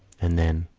and then,